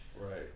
Right